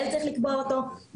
היא לקביעת תקנות אז זה נושא אחד,